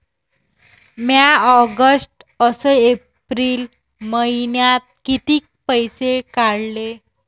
म्या ऑगस्ट अस एप्रिल मइन्यात कितीक पैसे काढले?